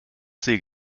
see